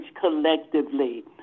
collectively